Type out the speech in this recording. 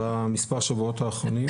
במספר השבועות האחרונים.